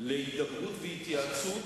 להידברות ולהתייעצות